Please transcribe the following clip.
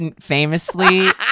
famously